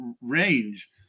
range